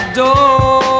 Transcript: door